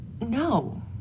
No